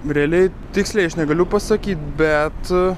realiai tiksliai aš negaliu pasakyt bet